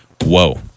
whoa